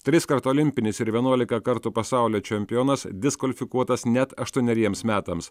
triskart olimpinis ir vienuolika kartų pasaulio čempionas diskvalifikuotas net aštuoneriems metams